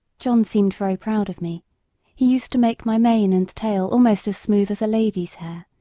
john seemed very proud of me he used to make my mane and tail almost as smooth as a lady's hair,